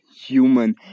human